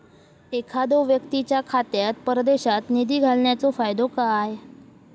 एखादो व्यक्तीच्या खात्यात परदेशात निधी घालन्याचो फायदो काय?